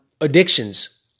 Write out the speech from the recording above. addictions